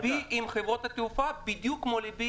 ליבי עם חברות התעופה בדיוק כמו שליבי